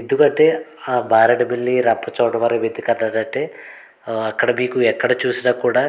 ఎందుకంటే మారేడుమిల్లి రంపచోడవరం ఎందుకన్నానంటే అక్కడ మీకు ఎక్కడ చూసినా కూడా